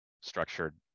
structured